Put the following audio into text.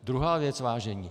Druhá věc, vážení.